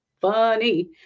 funny